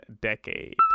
decade